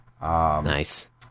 Nice